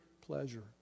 pleasure